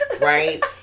right